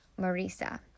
Marisa